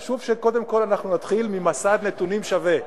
חשוב קודם כול שאנחנו נתחיל ממסד נתונים שווה.